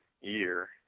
year